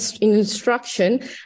instruction